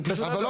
אבל,